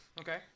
Okay